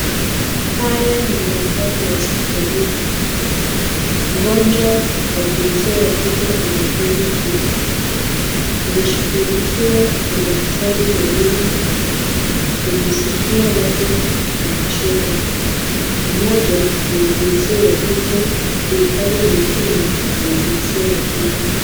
Haya ni maandhari ya hospitalini. Mgonjwa wa jinsi ya kike ameketi chini. Anashughulikiwa na daktari wawili kwenye sikio lake, na kushoto. Mmoja ni wa jinsi ya kike ilhali mwingine ni wa jinsia ya kiume.